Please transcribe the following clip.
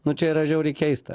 nu čia yra žiauriai keista